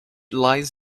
lies